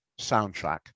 soundtrack